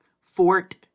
Fort